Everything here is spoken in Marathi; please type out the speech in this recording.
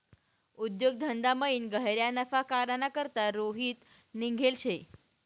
उद्योग धंदामयीन गह्यरा नफा काढाना करता रोहित निंघेल शे